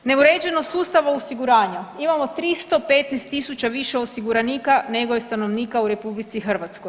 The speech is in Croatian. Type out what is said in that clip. Neuređenost sustava osiguranja, imamo 315.000 više osiguranika nego je stanovnika u RH.